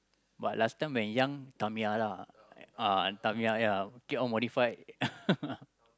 but last time when young Tamiya lah uh Tamiya ya keep on modified